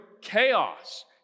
chaos